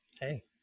hey